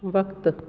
वक़्तु